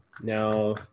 now